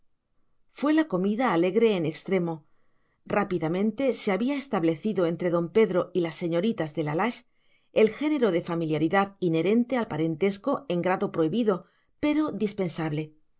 fue la comida alegre en extremo rápidamente se había establecido entre don pedro y las señoritas de la lage el género de familiaridad inherente al parentesco en grado prohibido pero dispensable